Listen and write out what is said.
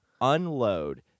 unload